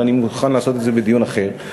אבל אני מוכן לעשות את זה בדיון אחר.